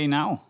now